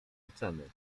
oceny